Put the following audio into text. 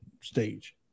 stage